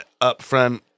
upfront